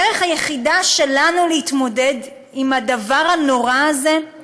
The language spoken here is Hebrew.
הדרך היחידה שלנו להתמודד עם הדבר הנורא הזה היא